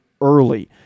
early